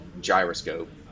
gyroscope